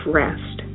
rest